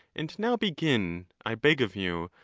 and now begin, i beg of you,